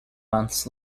months